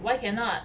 why cannot